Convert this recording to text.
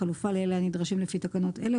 כחלופה לאלה הנדרשים לפי תקנות אלה,